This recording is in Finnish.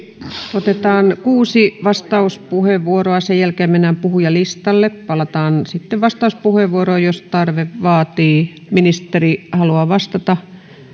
otetaan kuusi vastauspuheenvuoroa sen jälkeen mennään puhujalistalle palataan sitten vastauspuheenvuoroihin jos tarve vaatii haluaako ministeri vastata